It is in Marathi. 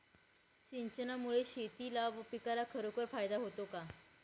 सिंचनामुळे शेतीला व पिकाला खरोखर फायदा होतो का?